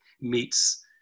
meets